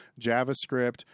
JavaScript